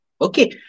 Okay